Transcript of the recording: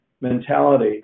mentality